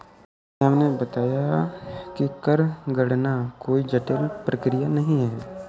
श्याम ने बताया कि कर गणना कोई जटिल प्रक्रिया नहीं है